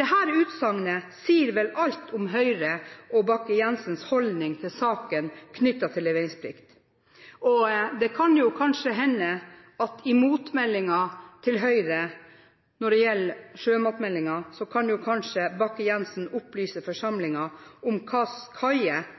Dette utsagnet sier vel alt om Høyre og Bakke-Jensens holdning til saken knyttet til leveringsplikt. Det kan hende at Bakke-Jensen – i Høyres motmelding til sjømatmeldingen – kan opplyse forsamlingen om hvilke kaier som påberoper seg leveringsplikt. Det